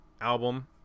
album